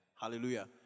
Hallelujah